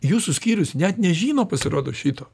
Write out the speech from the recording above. jūsų skyrius net nežino pasirodo šito